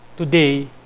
Today